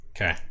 Okay